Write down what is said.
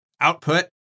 output